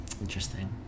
Interesting